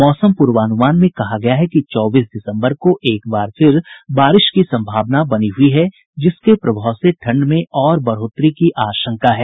मौसम पूर्वानुमान में कहा गया है कि चौबीस दिसंबर को एक बार फिर बारिश की संभावना बनी हुयी है जिसके प्रभाव से ठंड में और बढ़ोतरी की आशंका है